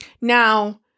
now